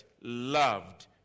loved